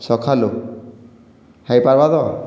ସକାଲୁ ହୋଇପାରବା ତ